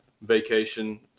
vacation